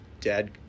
dad